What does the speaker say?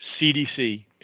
CDC